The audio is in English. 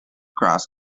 grass